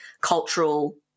cultural